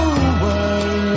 away